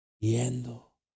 yendo